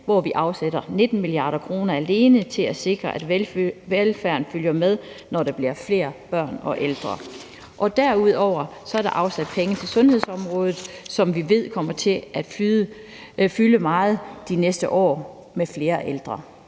hvor vi afsætter 19 mia. kr. alene til at sikre, at velfærden følger med, når der bliver flere børn og ældre, og derudover er der afsat penge til sundhedsområdet, som vi ved kommer til at fylde meget de næste år med flere ældre.